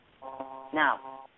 Now